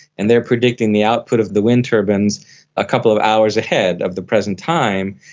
and they are predicting the output of the wind turbines a couple of hours ahead of the present time,